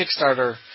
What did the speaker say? Kickstarter